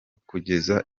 kugeza